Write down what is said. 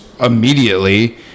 immediately